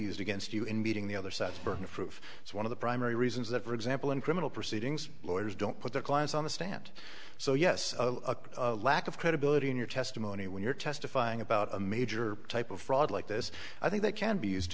used against you in beating the other side's burden of proof is one of the primary reasons that for example in criminal proceedings lawyers don't put their clients on the stand so yes a lack of credibility in your testimony when you're testifying about a major type of fraud like this i think that can be used to